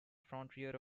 frontier